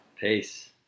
peace